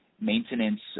Maintenance